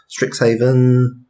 strixhaven